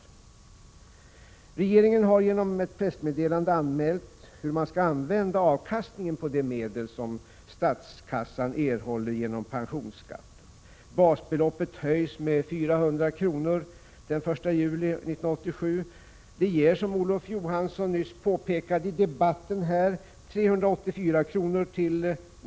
Regeringen har genom pressmeddelande anmält hur man skall använda avkastningen på de medel som statskassan erhåller genom pensionsskatten. Basbeloppet höjs med 400 kr. den 1 juli 1987. Det ger, som Olof Johansson nyss påpekade här i debatten, 384 kr.